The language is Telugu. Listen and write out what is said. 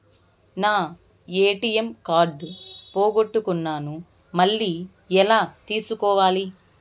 నా ఎ.టి.ఎం కార్డు పోగొట్టుకున్నాను, మళ్ళీ ఎలా తీసుకోవాలి?